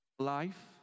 life